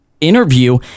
interview